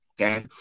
Okay